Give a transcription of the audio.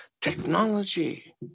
technology